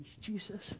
Jesus